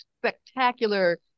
spectacular